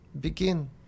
begin